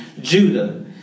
Judah